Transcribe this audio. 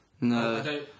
No